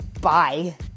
Bye